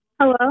Hello